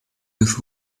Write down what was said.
with